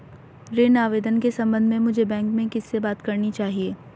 ऋण आवेदन के संबंध में मुझे बैंक में किससे बात करनी चाहिए?